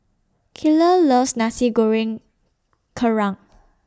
Kyler loves Nasi Goreng Kerang